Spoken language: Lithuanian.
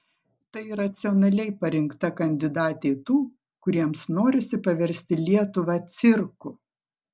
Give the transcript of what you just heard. tai racionaliai parinkta kandidatė tų kuriems norisi paversti lietuvą cirku